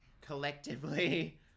collectively